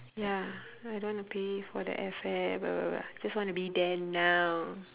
ya I don't wanna pay for the airfare just wanna be there now